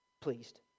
pleased